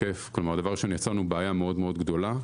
כלומר, דבר ראשון, יצרנו בעיה מאוד מאוד גדולה.